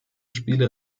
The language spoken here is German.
spiele